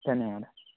धन्यवादः